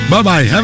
Bye-bye